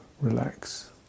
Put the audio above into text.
relax